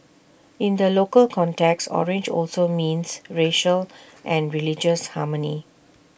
in the local context orange also means racial and religious harmony